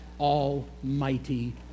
Almighty